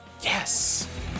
Yes